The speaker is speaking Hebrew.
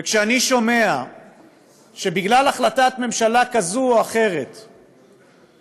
כשאני שומע שבגלל החלטת ממשלה כזאת או אחרת מחליט